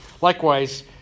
Likewise